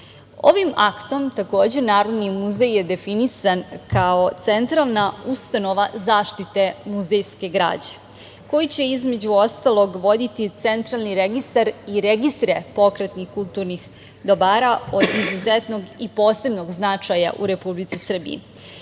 aktom takođe Narodni muzej je definisan kao centralna ustanova zaštite muzejske građe, koji će, između ostalog voditi Centralni registar i registre pokretnih kulturnih dobara od izuzetnog i posebnog značaja u Republici Srbiji. Mislim